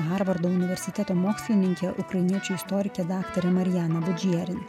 harvardo universiteto mokslininkė ukrainiečių istorikė daktarė mariana džerin